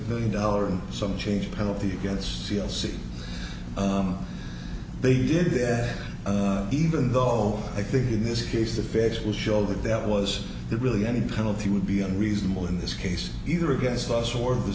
billion dollar and some change penalty against c l c they did that even though i think in this case the facts will show that that was the really any penalty would be unreasonable in this case either against us or the